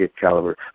caliber